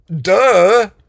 Duh